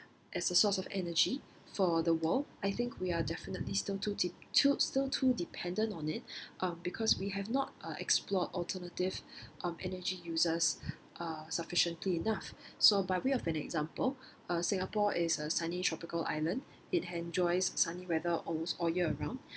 as a source of energy for the world I think we are definitely still too de~ to~ still too dependent on it um because we have not uh explored alternative um energy uses uh sufficiently enough so by way of an example uh singapore is a sunny tropical island it enjoys sunny weather almost all year around